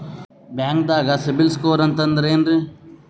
ಬ್ಯಾಂಕ್ದಾಗ CIBIL score ಅಂತ ಅಂದ್ರೆ ಏನ್ರೀ?